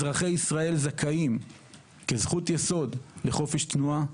אזרחי ישראל זכאים כזכות יסוד לחופש תנועה.